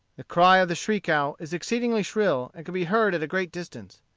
the cry of the shriek-owl is exceedingly shrill, and can be heard at a great distance.